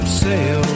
sail